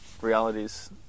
realities